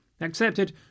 accepted